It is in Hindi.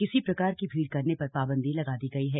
किसी प्रकार की भीड़ करने पर पाबंदी लगा दी गई है